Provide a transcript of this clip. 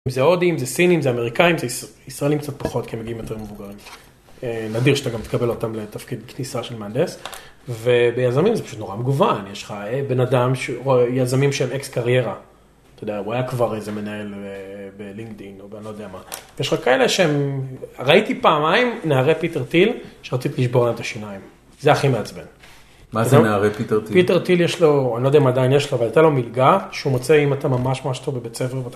אם זה הודים, אם זה סינים, אם זה אמריקאים, זה ישראלים קצת פחות, כי הם מגיעים יותר מבוגרים. נדיר שאתה גם תקבל אותם לתפקיד כניסה של מהנדס, וביזמים זה פשוט נורא מגוון, יש לך בן אדם, יזמים שהם אקס קריירה, אתה יודע, הוא היה כבר איזה מנהל בלינקדין, או ב... אני לא יודע מה. יש לך כאלה שהם... ראיתי פעמיים נערי פיטר טיל, שרציתי לשבור להם את השיניים, זה הכי מעצבן. מה זה נערי פיטר טיל? פיטר טיל יש לו, אני לא יודע מה עדיין יש לו, אבל הייתה לו מלגה, שהוא מוצא אם אתה ממש-ממש טוב בבית ספר.